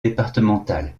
départemental